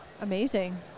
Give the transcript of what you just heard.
Amazing